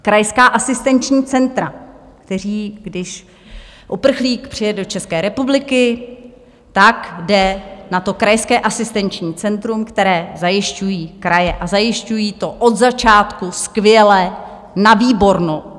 Krajská asistenční centra, která, když uprchlík přijede do České republiky, jde na krajské asistenční centrum, které zajišťují kraje a zajišťují to od začátku skvěle, na výbornou.